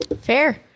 Fair